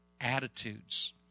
attitudes